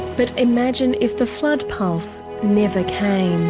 but imagine if the flood pulse never came.